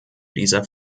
dieser